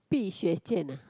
碧血剑：Bi Xue Jian ah